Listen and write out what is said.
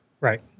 Right